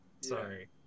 sorry